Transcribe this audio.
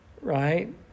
right